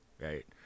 right